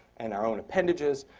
and our own appendages,